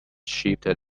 shifted